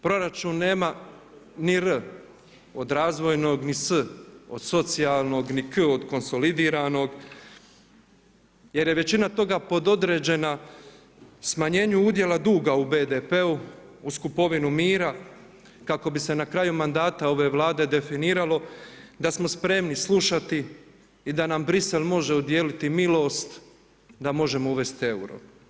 Po meni proračun nema ni R od razvojnog, ni S od socijalnog, ni K od konsolidiranog jer je većina toga pododređena smanjenju udjela duga u BDP-u uz kupovinu mira kako bi se na kraju mandata ove Vlade definiralo da smo spremni slušati i da nam Bruxelles može udijeliti milost da možemo uvesti euro.